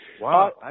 wow